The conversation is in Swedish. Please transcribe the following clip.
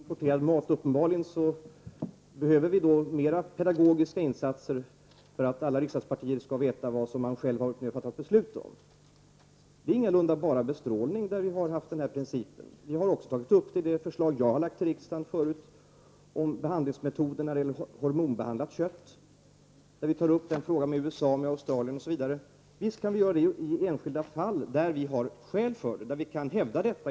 Herr talman! Jag återkommer gärna till frågan om importerad mat. Uppenbarligen behövs det mera pedagogiska insatser för att alla riksdagspartierna själva skall förstå vad de har beslutat om. Det är ingalunda bara för bestrålning som regeringen har haft denna princip. Det har också kommit fram i det förslag jag har framlagt för riksdagen om behandlingsmetoderna när det gäller hormonbehandlat kött. Vi tar upp den frågan med USA, Australien osv. i enskilda fall där det finns skäl för det.